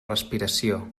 respiració